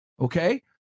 okay